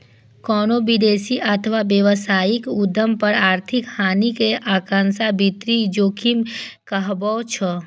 कोनो निवेश अथवा व्यावसायिक उद्यम पर आर्थिक हानिक आशंका वित्तीय जोखिम कहाबै छै